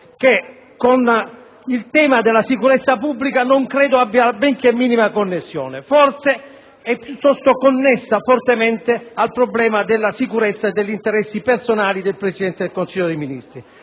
che con il tema della sicurezza pubblica non credo abbia la benché minima connessione; piuttosto, è connessa fortemente al problema della sicurezza e degli interessi personali del Presidente del Consiglio dei ministri.